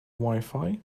wifi